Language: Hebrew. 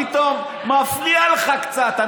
פתאום מפריע לך קצת,